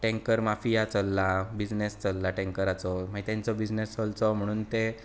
tanker mafia चल्ला business चल्ला टेंकराचो मागीर तेंचो बिजनेस चलचो म्हण ते